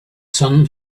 sun